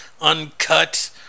uncut